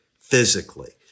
physically